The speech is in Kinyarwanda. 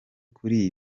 kuri